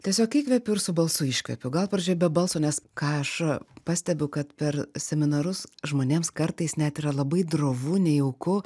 tiesiog įkvepiu ir su balsu iškvepiu gal pradžioj be balso nes ką aš pastebiu kad per seminarus žmonėms kartais net yra labai drovu nejauku